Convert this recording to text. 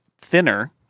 thinner